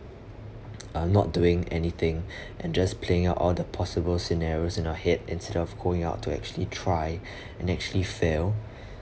uh not doing anything and just playing out all the possible scenarios in our head instead of going out to actually try and actually fail